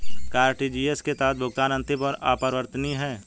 क्या आर.टी.जी.एस के तहत भुगतान अंतिम और अपरिवर्तनीय है?